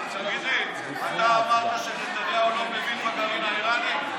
אתה אמרת שנתניהו לא מבין בגרעין האיראני?